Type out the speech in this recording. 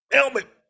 Helmet